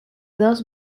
dos